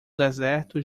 deserto